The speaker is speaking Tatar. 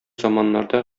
заманнарда